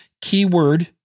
Keyword